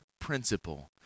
principle